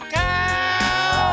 cow